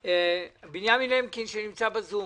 בנימין למקין שנמצא בזום,